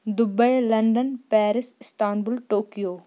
Dubai London Paris Istanbul Tokyo